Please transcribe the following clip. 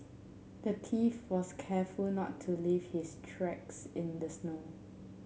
the thief was careful not to leave his tracks in the snow